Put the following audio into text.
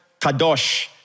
kadosh